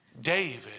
David